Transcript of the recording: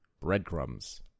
breadcrumbs